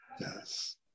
yes